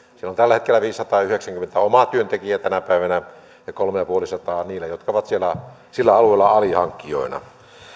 on tällä hetkellä viisisataayhdeksänkymmentä omaa työntekijää tänä päivänä ja kolmellasadallaviidelläkymmenellä niillä jotka ovat sillä alueella alihankkijoina